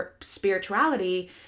spirituality